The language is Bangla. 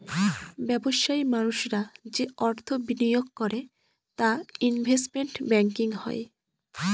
ব্যবসায়ী মানুষরা যে অর্থ বিনিয়োগ করে তা ইনভেস্টমেন্ট ব্যাঙ্কিং হয়